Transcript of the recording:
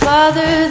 Father